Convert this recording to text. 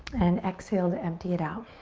and exhale to empty it out.